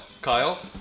Kyle